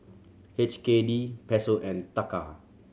H K D Peso and Taka